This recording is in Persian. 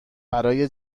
برای